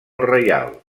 reial